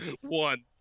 One